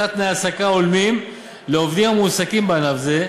לצד תנאי העסקה הולמים לעובדים המועסקים בענף זה,